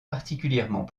particulièrement